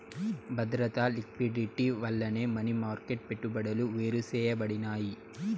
బద్రత, లిక్విడిటీ వల్లనే money market పెట్టుబడులు వేరుసేయబడినాయి